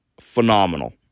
phenomenal